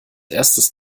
erstes